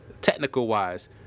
technical-wise